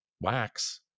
wax